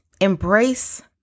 embrace